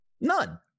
None